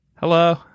Hello